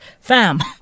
fam